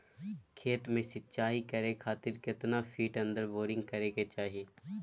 खेत में सिंचाई करे खातिर कितना फिट अंदर बोरिंग करे के चाही?